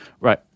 Right